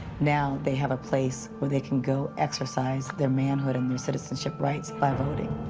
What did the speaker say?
now they have a place where they can go exercise their manhood and their citizenship rights by voting.